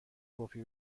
کپی